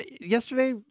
Yesterday